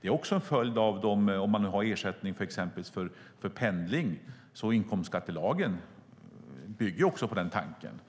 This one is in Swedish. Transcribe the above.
Det är också en följd av om man har ersättning för pendling. Inkomstskattelagen bygger ju också på den tanken.